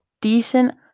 decent